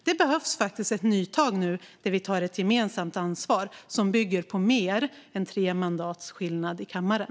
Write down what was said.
Det behövs faktiskt nya tag nu där vi tar ett gemensamt ansvar som bygger på mer än tre mandats skillnad i kammaren.